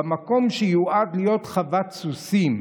"במקום שיועד להיות חוות סוסים.